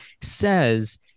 says